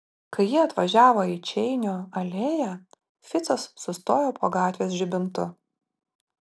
kai jie atvažiavo į čeinio alėją ficas sustojo po gatvės žibintu